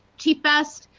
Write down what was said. chief best,